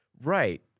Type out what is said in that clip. Right